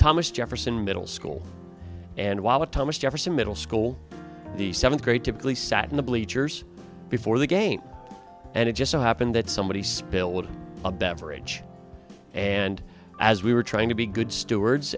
thomas jefferson middle school and while the thomas jefferson middle school the seventh grade typically sat in the bleachers before the game and it just so happened that somebody spilled a beverage and as we were trying to be good stewards